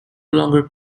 longer